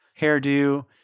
hairdo